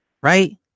right